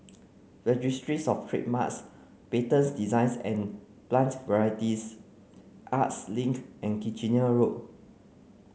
Registries Of Trademarks Patents Designs and Plant Varieties Arts Link and Kitchener Road